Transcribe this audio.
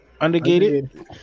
Undergated